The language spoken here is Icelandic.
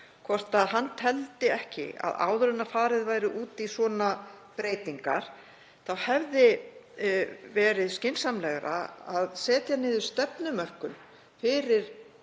hvort hann telji ekki að áður en farið sé út í svona breytingar hefði verið skynsamlegra að setja niður stefnumörkun fyrir